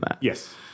Yes